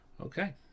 Okay